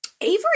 Avery